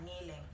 kneeling